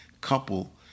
couple